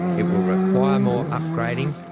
it will require more upgrading,